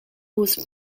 was